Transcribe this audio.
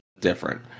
different